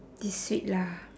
this sweet lah